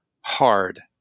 hard